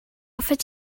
hoffet